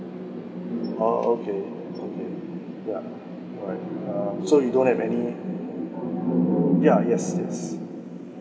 oh okay okay yeah so you don't have any yeah yes yes